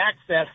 access